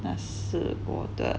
那些多的